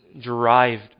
derived